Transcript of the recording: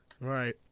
right